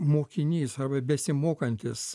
mokinys arba besimokantis